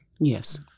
Yes